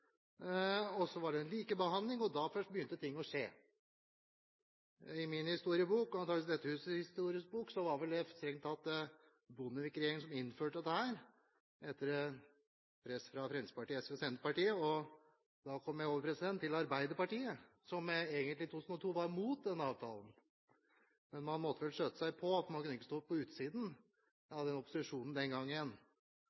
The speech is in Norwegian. og først da begynte ting å skje. I min historiebok, og antakelig i dette husets historiebok, var det vel strengt tatt Bondevik-regjeringen som innførte dette, etter press fra Fremskrittspartiet, SV og Senterpartiet. Da kommer jeg til Arbeiderpartiet, som i 2002 egentlig var imot denne avtalen, men man måtte vel skjøte seg på, for man kunne ikke stå på utsiden